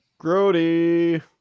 Grody